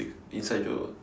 inside joke ah